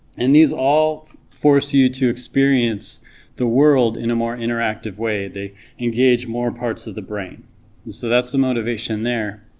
and these all force you to experience the world in a more interactive way, they engage more parts of the brain so that's the motivation there